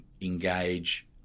Engage